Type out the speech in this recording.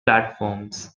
platforms